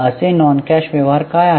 असे non cash व्यवहार काय आहेत